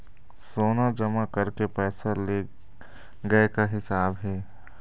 सोना जमा करके पैसा ले गए का हिसाब हे?